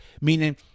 meaning